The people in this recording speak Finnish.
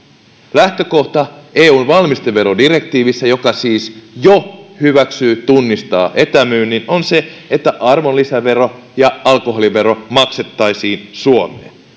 lähtökohta eun valmisteverodirektiivissä joka siis jo hyväksyy tunnistaa etämyynnin on se että arvonlisävero ja alkoholivero maksettaisiin suomeen